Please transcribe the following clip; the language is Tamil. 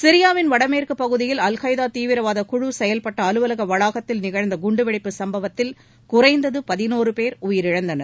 சிரியாவின் வடமேற்குப் பகுதியில் அல்கொய்தா தீவிரவாத குழு செயல்பட்ட அலுவலக வளாகத்தில் நிகழ்ந்த குண்டுவெடிப்பு சுப்பவத்தில் குறைந்தது பதினோரு பேர் உயிரிழந்துள்ளனர்